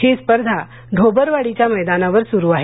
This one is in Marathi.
ही स्पर्धा ढोबरवाडीच्या मैदानावर सुरु आहे